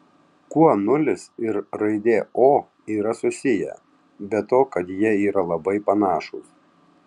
kuo nulis ir raidė o yra susiję be to kad jie yra labai panašūs